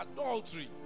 adultery